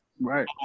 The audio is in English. Right